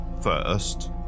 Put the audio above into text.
first